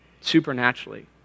supernaturally